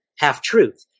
half-truth